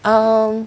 um